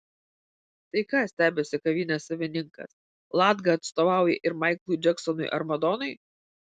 tai ką stebisi kavinės savininkas latga atstovauja ir maiklui džeksonui ar madonai